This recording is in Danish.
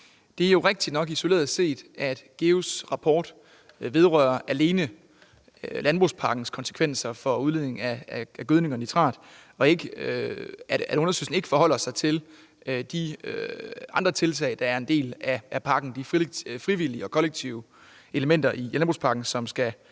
er det jo rigtigt nok, at GEUS' rapport alene vedrører landbrugspakkens konsekvenser for udledning af gødning og nitrat og ikke forholder sig til de andre tiltag, der er en del af pakken, altså de frivillige og kollektive elementer i landbrugspakken, som skal